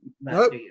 nope